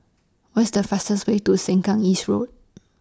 What IS The fastest Way to Sengkang East Road